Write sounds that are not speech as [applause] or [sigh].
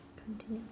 [noise]